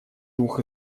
двух